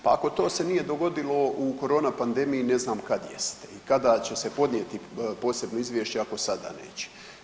Pa ako to se nije dogodilo u korona pandemije ne znam kad jeste i kada će se podnijeti posebno izvješće ako sada neće.